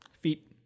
Feet